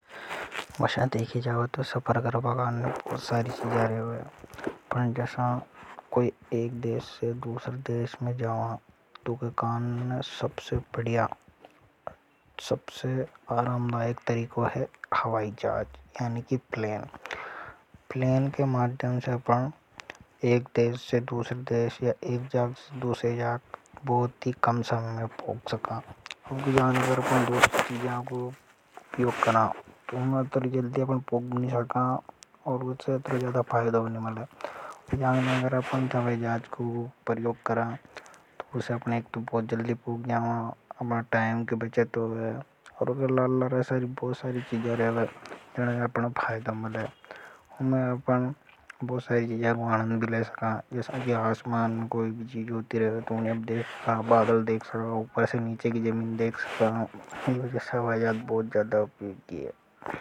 एक देश से दूसरा देश में या एक जाग से दूसरा बहुत ही कम समय में पुग सका जसा कोई सफर करबा काने बहुत सारी चीजा रेवे पण जसा एक देश से दूसरा देश में जावा ऊके काने सबसे बढ़िया। स सबसे अरामदायक तरीको है हवाई जाज सिर्फ एक तरीकों है हवाई जहाज यानि। कि प्लेन प्लेन के माध्यम सेएक देश से दूसरा देश में या एक जाग से दूसरा बहुत ही कम समय में पुग सका। इन जाग ने अगर अपन हवाई जहाज का प्रयोग करा उसे अपने एक तुम बहुत जल्दी पूछ जाओ अपना टाइम के बचत और लाललार ऐस। बहुत सारी चीजें रहे हैं जिन्हें अपना फायदा मिले अपन बहुत सारी चीजें आप जैसा कि आसमान कोई भी। रहते हैं तो उन्हें अब देख सका बादल देख सका और ऊपर से नीचे की जमीन देख सका यति जैसा हवाई जहाज बहुत ज्यादा उपयोग किया।